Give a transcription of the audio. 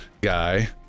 guy